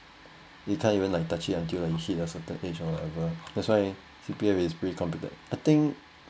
you can't even like touch it until like you hit a certain age or whatever that's why C_P_F is pretty complicated I think